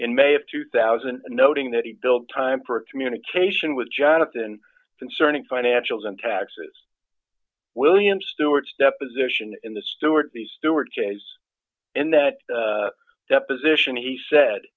in may of two thousand noting that he built time for communication with jonathan concerning financials and taxes william stewart's deposition in the stewart the stewart case in that deposition he said